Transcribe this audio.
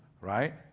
right